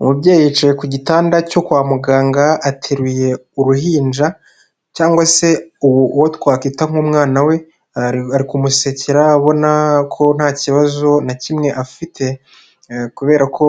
Umubyeyi yicaye ku gitanda cyo kwa muganga ateruye uruhinja cyangwa se uwo twakita nk'umwana we ari kumusekera abona ko nta kibazo na kimwe afite, kubera ko